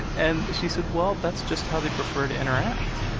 and she said, well, that's just how they prefer to interact.